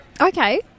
Okay